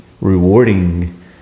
rewarding